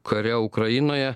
kare ukrainoje